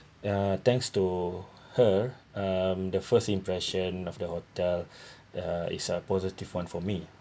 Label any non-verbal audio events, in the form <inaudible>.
ya thanks to her um the first impression of the hotel <breath> uh is a positive one for me